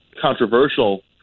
controversial